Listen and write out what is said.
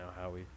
Howie